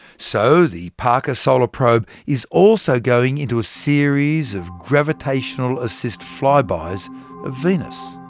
so, the parker solar probe is also going into a series of gravitational assist flybys of venus.